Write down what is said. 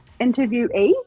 interviewee